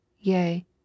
Yea